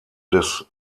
des